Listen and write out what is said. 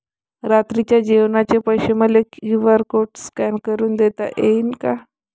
रात्रीच्या जेवणाचे पैसे मले क्यू.आर कोड स्कॅन करून देता येईन का?